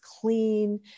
clean